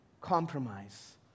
compromise